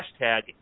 hashtag